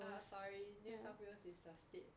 ah sorry new south wales is the state